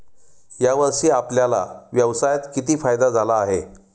या वर्षी आपल्याला व्यवसायात किती फायदा झाला आहे?